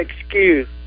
excuse